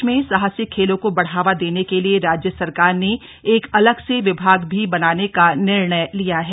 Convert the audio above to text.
प्रदेश में साहसिक खेलों को बढ़ावा देने के लिए राज्य सरकार ने एक अलग से विभाग भी बनाने का निर्णय लिया है